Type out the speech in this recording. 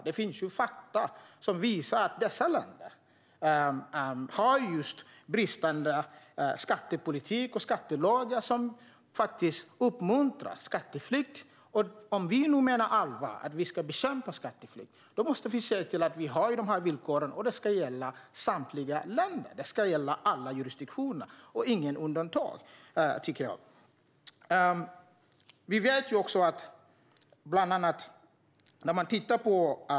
Det finns fakta som visar att dessa länder har bristande skattepolitik och skattelagar som uppmuntrar skatteflykt. Om vi nu menar allvar med att vi ska bekämpa skatteflykt måste vi se till att villkoren gäller samtliga länder. De ska gälla alla jurisdiktioner utan undantag, tycker jag.